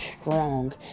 strong